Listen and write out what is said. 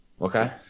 Okay